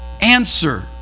answer